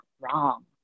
wrong